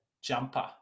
jumper